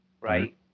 right